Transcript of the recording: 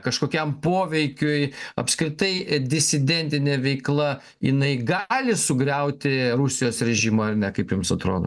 kažkokiam poveikiui apskritai disidentinė veikla jinai gali sugriauti rusijos režimą ar ne kaip jums atrodo